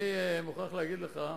אני מוכרח להגיד לך,